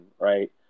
right